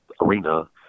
arena